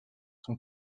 sont